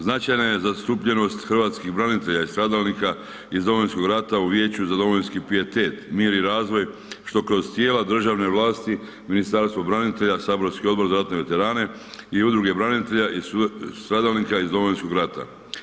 Značajna je zastupljenost hrvatskih branitelja i stradalnika iz Domovinskog rata u Vijeću za domovinski pijetet, mir i razvoj što kroz tijela državne vlasti Ministarstvo branitelja, saborski Odbor za ratne veterane i udruge branitelja i stradalnika iz Domovinskog rata.